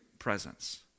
Presence